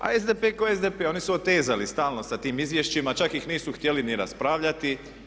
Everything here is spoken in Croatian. A SDP ko SDP, oni su otezali stalno sa tim izvješćima, čak ih nisu htijeli ni raspravljati.